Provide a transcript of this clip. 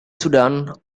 sudan